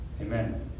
Amen